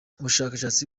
ubushashatsi